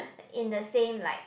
in the same like